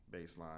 baseline